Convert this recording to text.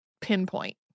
pinpoint